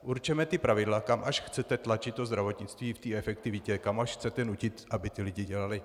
Určeme ta pravidla, kam až chcete tlačit zdravotnictví v té efektivitě, kam až chcete nutit, aby ti lidé dělali.